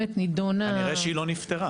כנראה שהיא לא נפתרה.